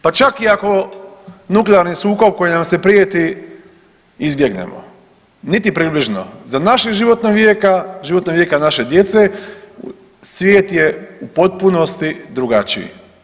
Pa čak i ako nuklearni sukob koji nam se prijeti izbjegnemo, niti približno, za našeg životnog vijeka, životnog vijeka naše djece, svijet je u potpunosti drugačiji.